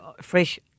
fresh